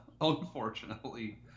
Unfortunately